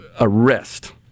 arrest